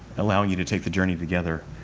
allowing you to take the journey together.